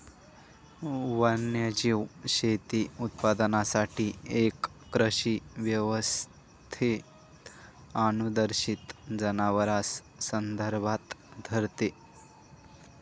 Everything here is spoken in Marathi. वन्यजीव शेती उत्पादनासाठी एक कृषी व्यवस्थेत अनिर्देशित जनावरांस संदर्भात धरते